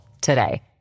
today